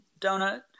donut